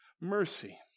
mercy